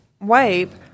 wipe